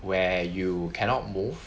where you cannot move